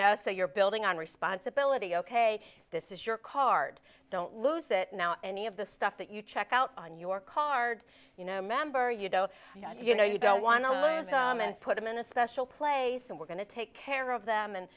know so you're building on responsibility ok this is your card don't lose it now any of the stuff that you check out on your card you know member you don't you know you don't want to lose and put them in a special place and we're going to take care of them and